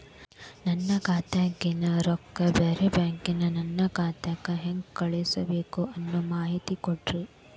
ನನ್ನ ಖಾತಾದಾಗಿನ ರೊಕ್ಕ ಬ್ಯಾರೆ ಬ್ಯಾಂಕಿನ ನನ್ನ ಖಾತೆಕ್ಕ ಹೆಂಗ್ ಕಳಸಬೇಕು ಅನ್ನೋ ಮಾಹಿತಿ ಕೊಡ್ರಿ?